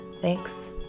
Thanks